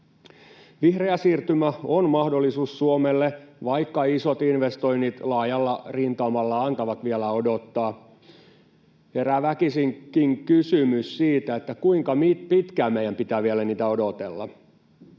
Vihreä siirtymä on mahdollisuus Suomelle, vaikka isot investoinnit laajalla rintamalla antavat vielä odottaa. Herää väkisinkin kysymys siitä, kuinka pitkään meidän pitää vielä niitä odotella.